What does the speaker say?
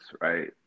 right